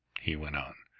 he went on.